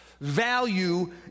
value